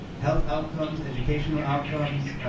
health outcomes, educational outcomes.